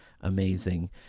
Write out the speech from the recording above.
amazing